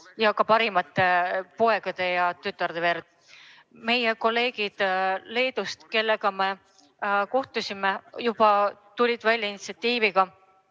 ja ka parimate poegade ja tütarde veri. Meie kolleegid Leedust, kellega me kohtusime, juba tulid välja initsiatiiviga